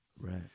right